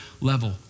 level